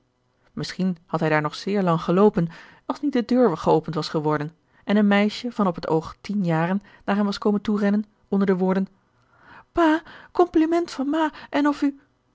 misschien had hij daar nog zeer lang geloopen als niet de deur geopend was geworden en een meisje van op het oog tien jaren naar hem was komen toerennen onder de woorden pa compliment van ma en george een ongeluksvogel of u